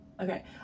Okay